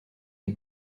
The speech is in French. des